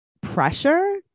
pressure